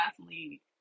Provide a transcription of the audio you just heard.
athlete